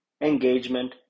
engagement